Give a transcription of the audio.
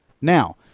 now